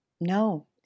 no